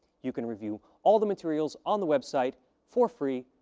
you can review all the materials on the website for free,